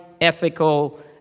ethical